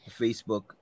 Facebook